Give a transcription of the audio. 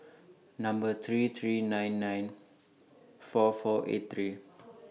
Number three three nine nine four four eight three